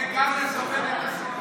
זה לסובב גם את הסכין.